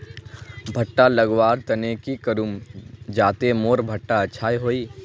भुट्टा लगवार तने की करूम जाते मोर भुट्टा अच्छा हाई?